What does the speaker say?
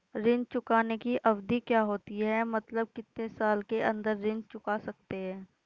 ऋण चुकाने की अवधि क्या होती है मतलब कितने साल के अंदर ऋण चुका सकते हैं?